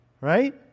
Right